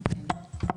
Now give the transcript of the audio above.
בבקשה.